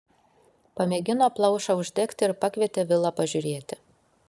pamėgino plaušą uždegti ir pakvietė vilą pažiūrėti